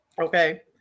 okay